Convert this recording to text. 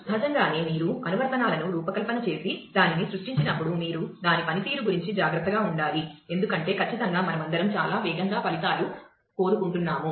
సహజంగానే మీరు అనువర్తనాలను రూపకల్పన చేసి దానిని సృష్టించినప్పుడు మీరు దాని పనితీరు గురించి జాగ్రత్తగా ఉండాలి ఎందుకంటే ఖచ్చితంగా మనమందరం చాలా వేగంగా ఫలితాలను కోరుకుంటున్నాము